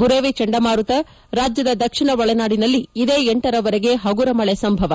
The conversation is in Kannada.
ಬುರೆವಿ ಚಂಡಮಾರುತ ರಾಜ್ಯದ ದಕ್ಷಿಣ ಒಳನಾಡಿನಲ್ಲಿ ಇದೇ ಲರವರೆಗೆ ಹಗುರ ಮಳಿ ಸಂಭವ